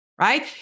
right